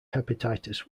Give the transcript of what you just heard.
hepatitis